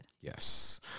Yes